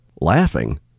Laughing